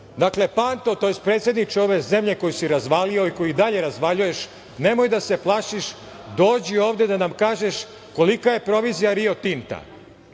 Dakle, Panto to jest predsedniče ove zemlje koju si razvalio i koju i dalje razvaljuješ, nemoj da se plašiš, dođi ovde da nam kažeš kolika je provizija Rio Tinta,